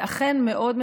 זה אכן מאוד מתסכל,